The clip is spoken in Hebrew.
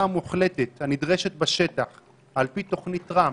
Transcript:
המוחלטת הנדרשת בשטח על פי תוכנית טראמפ